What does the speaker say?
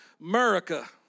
America